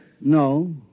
No